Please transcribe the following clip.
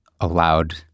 allowed